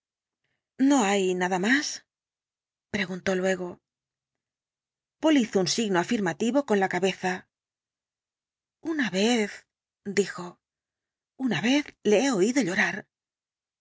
no hay nada más preguntó luego poole hizo un signo afirmativo con la cabeza una vez dijo una vez le he oído llorar